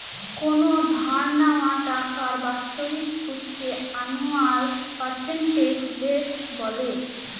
কোনো ধার নেওয়া টাকার বাৎসরিক সুদকে আনুয়াল পার্সেন্টেজ রেট বলে